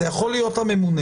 זה יכול להיות הממונה,